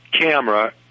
camera